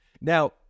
Now